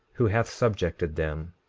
who hath subjected them,